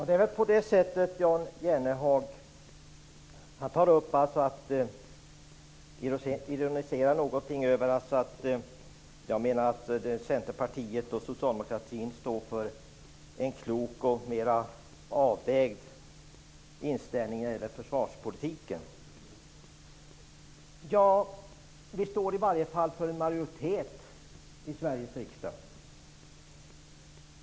Herr talman! Jan Jennehag ironiserar över att jag menar att Centerpartiet och socialdemokratin står för en klok och mer avvägd inställning när det gäller försvarspolitiken. Ja, vi står i alla fall för en majoritet i Sveriges riksdag.